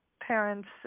parents